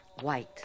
White